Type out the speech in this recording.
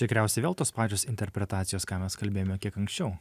tikriausiai vėl tos pačios interpretacijos ką mes kalbėjome kiek anksčiau